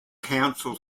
council